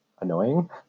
annoying